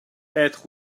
être